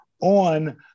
on